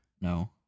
no